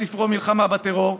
בספרו "מלחמה בטרור",